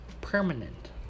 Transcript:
permanent